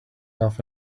half